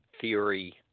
theory